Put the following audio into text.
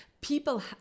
people